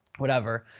whatever.